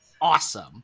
awesome